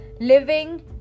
living